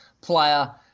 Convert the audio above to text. player